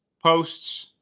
posts.